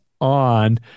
on